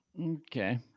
Okay